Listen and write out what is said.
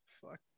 Fuck